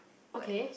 okay